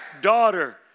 Daughter